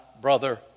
brother